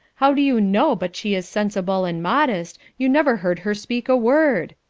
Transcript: how do you know but she is sensible and modest you never heard her speak a word?